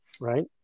right